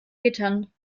gittern